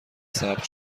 ثبت